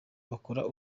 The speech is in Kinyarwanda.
bakora